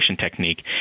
technique